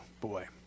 Boy